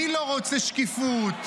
מי לא רוצה שקיפות?